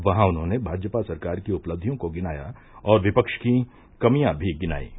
वहां उन्होंने भाजपा सरकार की उपलबियों को गिनाया और विपक्ष की कमियां भी गिनायीं